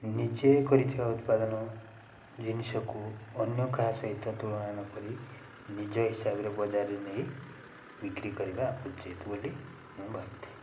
ନିଜେ କରିଥିବା ଉତ୍ପାଦନ ଜିନିଷକୁ ଅନ୍ୟ କାହା ସହିତ ତୁଳନା ନକରି ନିଜ ହିସାବରେ ବଜାରରେ ନେଇ ବିକ୍ରି କରିବା ଉଚିତ୍ ବୋଲି ମୁଁ ଭାବିଥାଏ